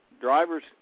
Drivers